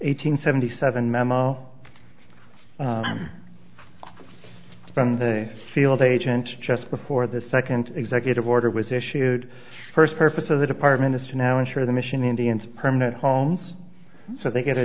hundred seventy seven memo from the field agents just before the second executive order was issued first purpose of the department is to now ensure the mission indians permanent homes so they get a